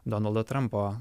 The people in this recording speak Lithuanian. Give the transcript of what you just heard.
donaldo trampo